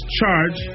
charge